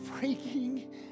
freaking